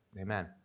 Amen